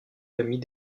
famille